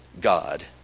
God